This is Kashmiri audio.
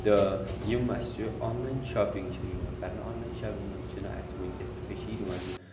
تہٕ یِم اَسہِ آنلایَن شاپِنٛگ چھِ یِوان کَرنہٕ آنلایَن شاپِنٛگ منٛز چھِنہٕ اَسہِ وٕنکٮ۪س کٔشیٖرِ منٛز